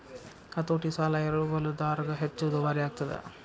ಹತೋಟಿ ಸಾಲ ಎರವಲುದಾರಗ ಹೆಚ್ಚ ದುಬಾರಿಯಾಗ್ತದ